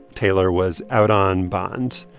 taylor was out on bond.